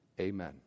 Amen